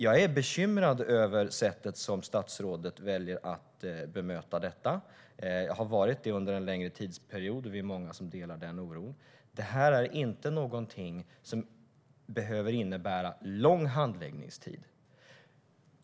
Jag är bekymrad över det sätt på vilket statsrådet väljer att bemöta detta. Jag har varit det under en längre tidsperiod, och vi är många som delar oron. Detta är inte något som behöver innebära lång handläggningstid.